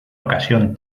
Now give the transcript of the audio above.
ocasión